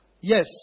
yes